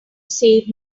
save